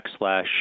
backslash